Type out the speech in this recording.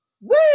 Woo